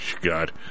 God